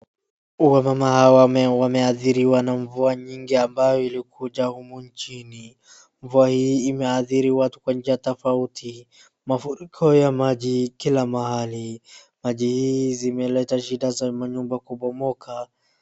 Wamama hawa wameadhiriwa na mvua nyingi ambayo ilikuja humu nchini. Mvua hii imeadhiri watu kwa njia tofauti, mafuriko ya maji kila mahali. Maji hii zimeleta shida za manyumba kubomoka.